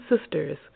sisters